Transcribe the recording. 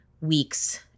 weeks